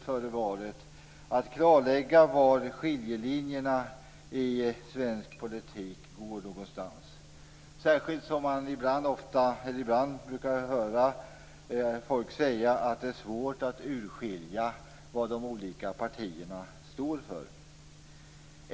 Det gäller att klarlägga var skiljelinjerna i svensk politik går, särskilt som man ibland kan höra folk säga att det är svårt att urskilja vad de olika partierna står för.